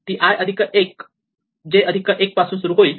ती i अधिक 1 j अधिक 1 पासून सुरू होईल